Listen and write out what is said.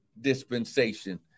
dispensation